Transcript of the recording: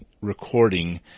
recording